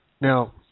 Now